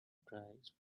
prize